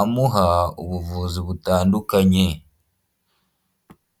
amuha ubuvuzi butandukanye.